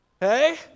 Hey